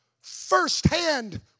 firsthand